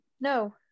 No